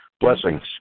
Blessings